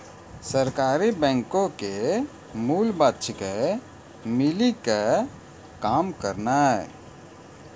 सहकारी बैंको के मूल बात छिकै, मिली के काम करनाय